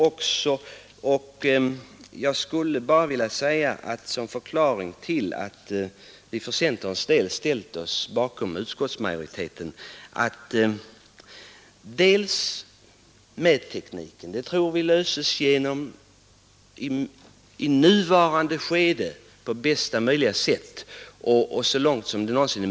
Frågan om mättekniken tror vi i nuvarande skede löses på bästa sätt och så långt det är möjligt i enlighet med det förslag som kommer att framläggas av miljökontroll utredningens avdelning 1 i början av 1973.